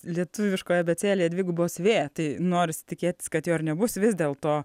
lietuviškoje abėcėlėje dvigubos vė tai norisi tikėtis kad jo ir nebus vis dėlto